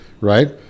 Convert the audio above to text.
right